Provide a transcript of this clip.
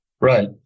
Right